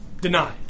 deny